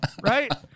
Right